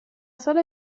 solo